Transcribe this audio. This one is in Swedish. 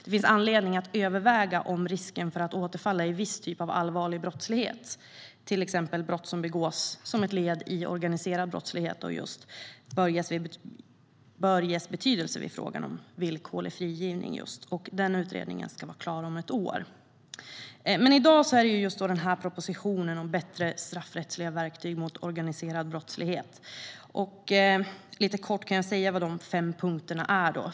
Det finns anledning att överväga om risken för att återfalla i viss typ av allvarlig brottslighet, till exempel brott som begås som ett led i organiserad brottslighet, bör ges betydelse vid frågan om villkorlig frigivning. Utredningen om det ska vara klar om ett år. I dag handlar det om propositionen om bättre straffrättsliga verktyg mot organiserad brottslighet. Jag kan lite kort säga vad de fem punkterna innebär.